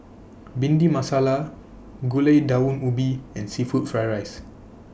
Bhindi Masala Gulai Daun Ubi and Seafood Fried Rice